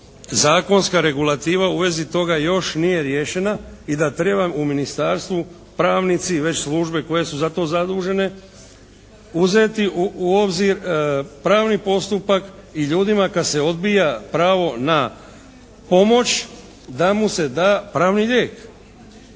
zakonska regulativa u vezi toga još nije riješena i da treba u ministarstvu pravnici već službe koje su za to zadužene uzeti u obzir pravni postupak i ljudima kad se odbija pravo na pomoć da mu se da pravni lijek.